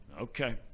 Okay